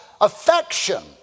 affection